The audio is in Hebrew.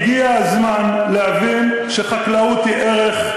שהגיע הזמן להבין שחקלאות היא ערך.